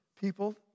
people